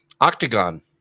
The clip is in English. Octagon